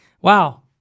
wow